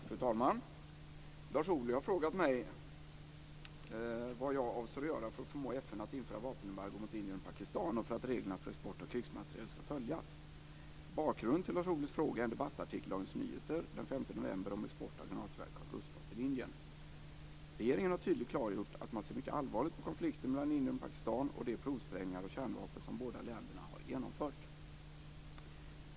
Fru talman! Lars Ohly har frågat mig vad jag avser att göra för att förmå FN att införa vapenembargo mot Indien och Pakistan och för att reglerna för export av krigsmateriel skall följas. Bakgrunden till Lars Ohlys fråga är en debattartikel i Dagens Nyheter den 5 november om export av granatgeväret Carl Regeringen har tydligt klargjort att man ser mycket allvarligt på konflikten mellan Indien och Pakistan och de provsprängningar av kärnvapen som båda länderna har genomfört.